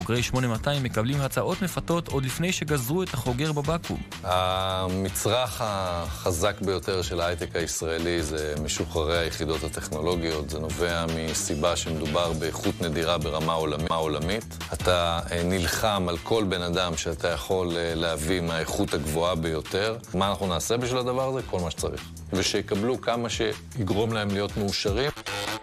חוגרי 8200 מקבלים הצעות מפתות עוד לפני שגזרו את החוגר בבקו"ם. המצרך החזק ביותר של ההייטק הישראלי זה משוחררי היחידות הטכנולוגיות. זה נובע מסיבה שמדובר באיכות נדירה ברמה עולמית. אתה נלחם על כל בן אדם שאתה יכול להביא מהאיכות הגבוהה ביותר. מה אנחנו נעשה בשביל הדבר הזה? כל מה שצריך. ושיקבלו כמה שיגרום להם להיות מאושרים.